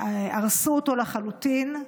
הרסו אותו לחלוטין.